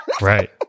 Right